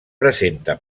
presenta